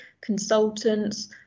consultants